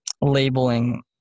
labeling